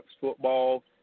Football